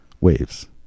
waves